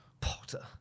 Potter